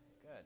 Good